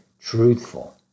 truthful